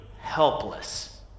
helpless